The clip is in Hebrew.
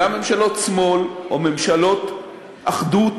גם ממשלות שמאל או ממשלות אחדות